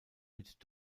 mit